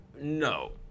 No